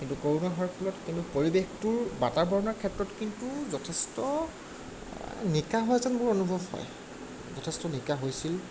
কিন্তু কৰোণা হোৱাৰ ফলত কিন্তু পৰিৱেশটোৰ বাতাৱৰণৰ ক্ষেত্ৰত কিন্তু যথেষ্ট নিকা হোৱা যেন মোৰ অনুভৱ হয় যথেষ্ট নিকা হৈছিল